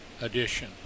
edition